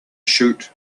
shoot